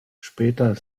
später